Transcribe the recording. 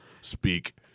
speak